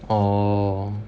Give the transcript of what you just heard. orh